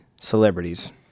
celebrities